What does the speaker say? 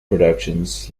productions